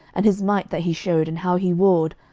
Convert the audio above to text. and his might that he shewed, and how he warred,